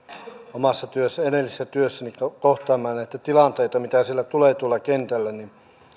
edellisessä työssäni kohtaamaan näitä tilanteita mitä siellä tulee tuolla kentällä niin